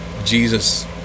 Jesus